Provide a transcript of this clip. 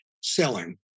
selling